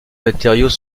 matériaux